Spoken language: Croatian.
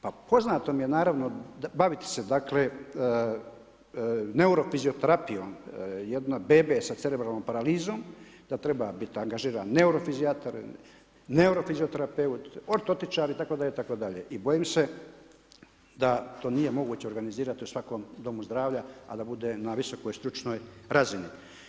Pa poznato mi je naravno baviti se neurofizioterapijom jedne bebe sa cerebralnom paralizom, da treba biti angažiran neurofizijatar, neurofizioterapeut, ortotičar itd., itd., i bojim se da to nije moguće organizirati u svakom domu zdravlja a da bude na visokoj stručnoj razini.